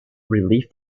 relief